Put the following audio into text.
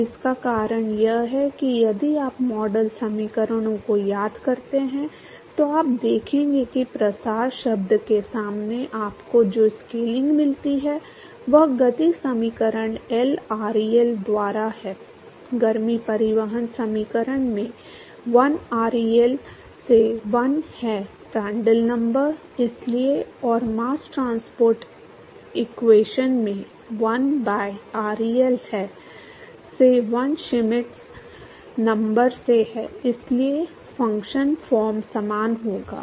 अब इसका कारण यह है कि यदि आप मॉडल समीकरणों को याद करते हैं तो आप देखेंगे कि प्रसार शब्द के सामने आपको जो स्केलिंग मिलती है वह गति समीकरण 1 ReL द्वारा है गर्मी परिवहन समीकरण में 1 ReL से 1 है प्रांड्ल नंबर इसीलिए और मास ट्रांसपोर्ट इक्वेशन में 1 बाय ReL से 1 श्मिट नंबर से है इसलिए फंक्शनल फॉर्म समान होगा